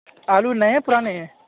آلو نئے ہیں پُرانے ہیں